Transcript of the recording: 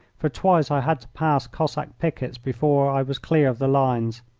for twice i had to pass cossack pickets before i was clear of the lines.